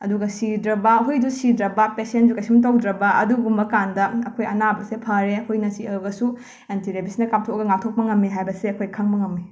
ꯑꯗꯨꯒ ꯁꯤꯗ꯭ꯔꯕ ꯍꯨꯏꯗꯨ ꯁꯤꯗ꯭ꯔꯕ ꯄꯦꯁꯦꯟꯖꯨ ꯀꯩꯁꯨꯝ ꯇꯧꯗ꯭ꯔꯥꯕ ꯑꯥꯗꯨꯒꯨꯝꯕꯀꯥꯟꯗ ꯑꯩꯈꯣꯏ ꯑꯅꯥꯕꯁꯦ ꯐꯔꯦ ꯍꯨꯏꯅ ꯆꯤꯑꯕꯁꯨ ꯑꯦꯟꯇꯤ ꯔꯦꯕꯤꯁꯅ ꯀꯥꯞꯊꯣꯑꯒ ꯉꯥꯛꯊꯣꯛꯄ ꯉꯝꯃꯤ ꯍꯥꯏꯕꯁꯦ ꯑꯈꯣꯏ ꯈꯪꯕ ꯉꯝꯃꯤ